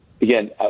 again